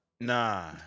Nah